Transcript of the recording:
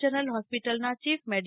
general હોસ્પિટલનાં chief મેડી